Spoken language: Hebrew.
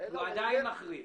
הוא עדיין מחריף.